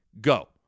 go